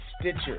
Stitcher